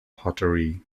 pottery